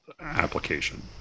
application